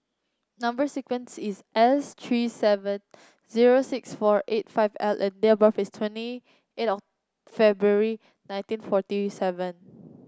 number sequence is S three seven zero six four eight five L and date of birth is twenty eight of February nineteen forty seven